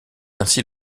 ainsi